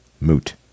moot